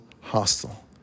hostile